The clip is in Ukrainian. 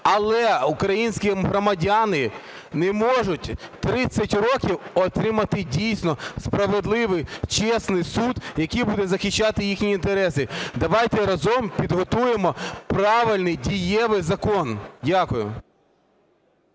Але українські громадяни не можуть 30 років отримати, дійсно, справедливий, чесний суд, який буде захищати їхні інтереси. Давайте разом підготуємо правильний, дієвий закон. Дякую.